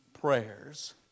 prayers